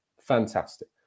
fantastic